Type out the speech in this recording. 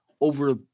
over